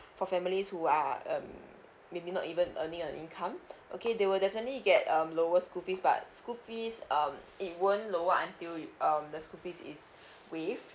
for families who are um maybe not even earning a income okay they will definitely get um lower school fees but school fees um it won't lower until you um the school fees is waive